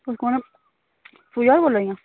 तुस कौन पूजा होर बोल्ला दियां